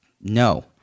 no